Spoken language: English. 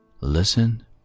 listen